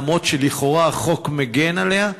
אף שלכאורה החוק מגן עליה,